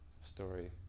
story